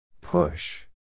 Push